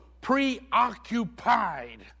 preoccupied